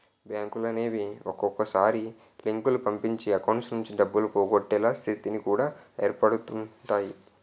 బ్యాంకులనేవి ఒక్కొక్కసారి లింకులు పంపించి అకౌంట్స్ నుంచి డబ్బులు పోగొట్టే స్థితి కూడా ఏర్పడుతుంటాయి